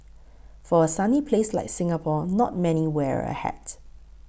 for a sunny place like Singapore not many people wear a hat